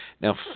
Now